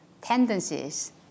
tendencies